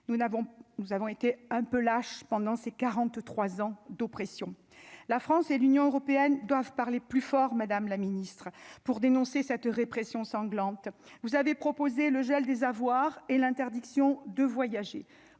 nous avons été un peu lâche pendant ses 43 ans, d'oppression, la France et l'Union européenne doivent parler plus fort, Madame la Ministre, pour dénoncer cette répression sanglante, vous avez proposé le gel des avoirs et l'interdiction de voyager,